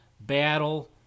battle